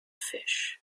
fish